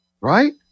right